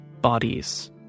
bodies